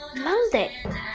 Monday